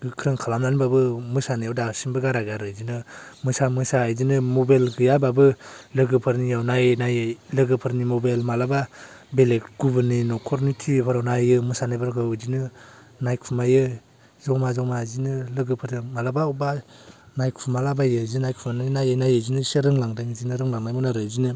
गोख्रों खालामनानैबाबो मोसानायाव दासिमबो गाराखै आरो बिदिनो मोसा मोसा बिदिनो मबाइल गैयाबाबो लोगोफोरनियाव नायै नायै लोगोफोरनि मबाइल मालाबा बेलेग गुबुननि न'खरनि टिभिफोराव नायो मोसानायफोरखौ बिदिनो नायखुमायो ज'मा ज'मा जिनो लोगोफोरजों मालाबा बबेबा नायखुमाला बायो बिदिनो नायखुमानाय नायै नायै बिदिनो इसे रोंलांदों रोंलांनायमोन आरो बिदिनो